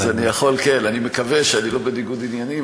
אז אני מקווה שאני לא בניגוד עניינים,